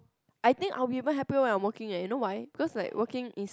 I think I will be even happy when I working eh you know why because like working is